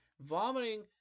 vomiting